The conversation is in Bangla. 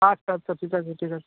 আচ্ছা আচ্ছা ঠিক আছে ঠিক আছে